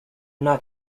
not